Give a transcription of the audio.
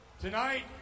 tonight